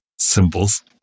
Symbols